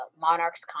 Monarchs